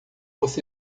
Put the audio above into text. você